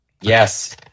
Yes